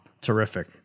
Terrific